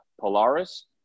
Polaris